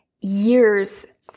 years